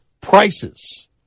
prices